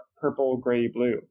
purple-gray-blue